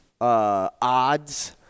odds